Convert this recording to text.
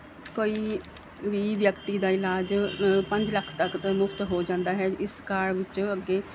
ਕੋਈ ਵੀ ਵਿਅਕਤੀ ਦਾ ਇਲਾਜ ਪੰਜ ਲੱਖ ਤੱਕ ਦਾ ਮੁਫਤ ਹੋ ਜਾਂਦਾ ਹੈ ਇਸ ਕਾਰਡ ਵਿੱਚ ਅੱਗੇ